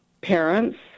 parents